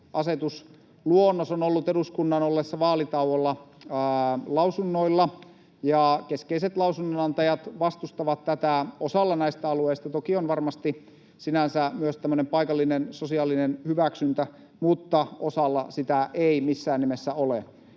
lausunnoilla eduskunnan ollessa vaalitauolla, ja keskeiset lausunnonantajat vastustavat tätä. Osalla näistä alueista toki on varmasti sinänsä myös paikallinen sosiaalinen hyväksyntä, mutta osalla sitä ei missään nimessä ole.